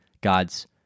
God's